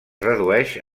redueix